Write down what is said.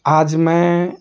आज मैं